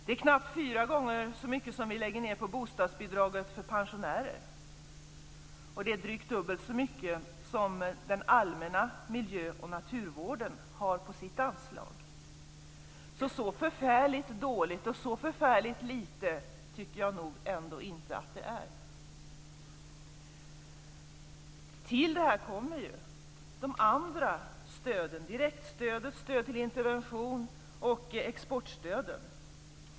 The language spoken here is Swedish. Det är knappt fyra gånger så mycket som vi lägger ned på bostadsbidraget för pensionärer, och det är drygt dubbelt så mycket som den allmänna miljö och naturvården har i sitt anslag. Så förfärligt dåligt och så förfärligt lite tycker jag nog ändå inte att det är. Till detta kommer de andra stöden - direktstödet, stöd till intervention och exportstöden.